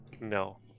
No